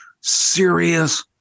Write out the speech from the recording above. serious